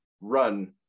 run